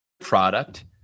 product